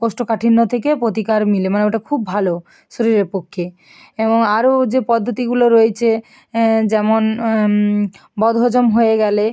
কোষ্ঠ কাঠিন্য থেকে প্রতিকার মিলে মানে ওটা খুব ভালো শরীরের পক্ষে এবং আরও যে পদ্ধতিগুলো রয়েছে যেমন বদহজম হয়ে গেলে